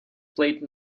played